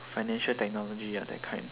financial technology ya that kind